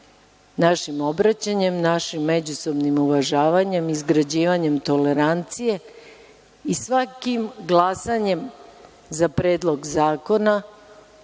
našim obraćanjem, našim međusobnim uvažavanjem, izgrađivanjem tolerancije i svakim glasanjem za predlog zakona